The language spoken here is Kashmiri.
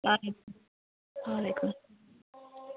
وعلیکُم اسلام